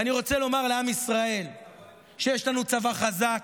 ואני רוצה לומר לעם ישראל שיש לנו צבא חזק,